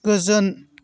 गोजोन